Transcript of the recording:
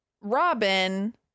Robin